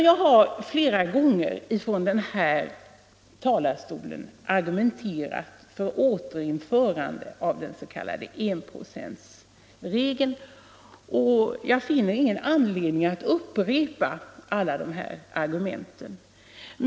Jag har flera gånger ifrån denna talarstol argumenterat för återinförandet av den s.k. enprocentsregeln, och jag finner ingen anledning att upprepa alla dessa argument.